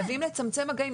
אבל חייבים לצמצם מגעים.